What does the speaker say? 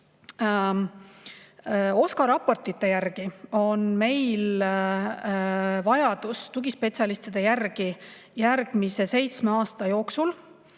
OSKA raportite järgi on vajadus tugispetsialistide järele järgmise seitsme aasta jooksul